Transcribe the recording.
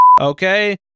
Okay